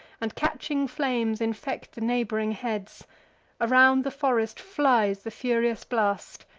and catching flames infect the neighb'ring heads around the forest flies the furious blast,